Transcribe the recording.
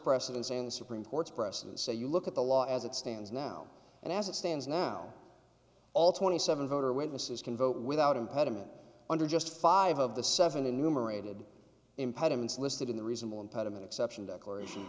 precedents and the supreme court's precedents say you look at the law as it stands now and as it stands now all twenty seven voter witnesses can vote without impediment under just five of the seven enumerated impediments listed in the reasonable impediment exception declaration